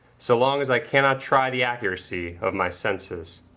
so long as i cannot try the accuracy of my senses.